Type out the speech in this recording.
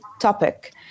topic